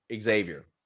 Xavier